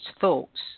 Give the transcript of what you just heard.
thoughts